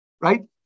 right